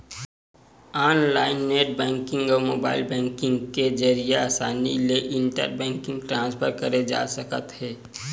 online net banking अउ mobile banking के जरिए असानी ले इंटर बेंकिंग ट्रांसफर करे जा सकत हे